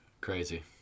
Crazy